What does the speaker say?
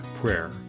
prayer